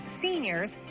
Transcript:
Seniors